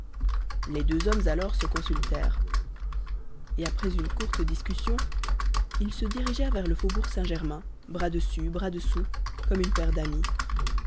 les deux hommes alors se consultèrent et après une courte discussion ils se dirigèrent vers le faubourg saint-germain bras dessus bras dessous comme une paire d'amis